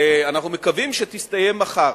ואנחנו מקווים שתסתיים מחר.